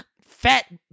fat